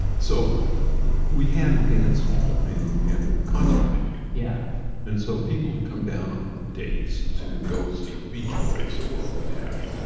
so we had a dance hall in in a concert venue yeah and so people would come down with dates to go see the beach boys or what have you.